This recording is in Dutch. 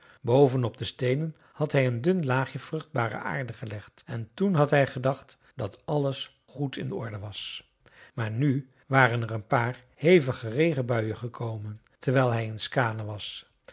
op de steenen had hij een dun laagje vruchtbare aarde gelegd en toen had hij gedacht dat alles goed in orde was maar nu waren er een paar hevige regenbuien gekomen terwijl hij in skaane was